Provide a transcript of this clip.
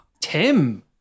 Tim